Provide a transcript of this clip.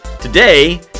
Today